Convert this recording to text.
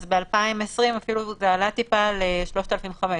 אז ב-2020 זה עלה ל-3,500.